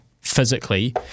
physically